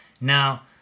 Now